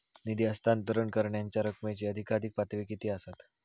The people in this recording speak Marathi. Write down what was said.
निधी हस्तांतरण करण्यांच्या रकमेची अधिकाधिक पातळी किती असात?